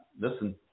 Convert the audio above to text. listen